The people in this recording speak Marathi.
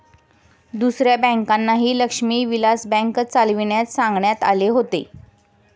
दुसऱ्या बँकांनाही लक्ष्मी विलास बँक चालविण्यास सांगण्यात आले होते